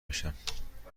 بشم